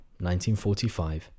1945